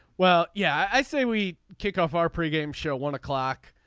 well yeah i say we kick off our pregame show one o'clock.